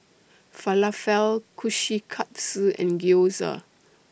Falafel Kushikatsu and Gyoza